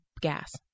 gas